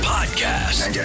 Podcast